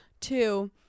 Two